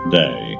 day